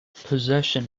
possession